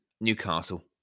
Newcastle